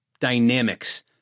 dynamics